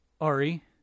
Ari